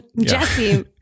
Jesse